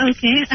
Okay